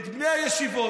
את בני הישיבות.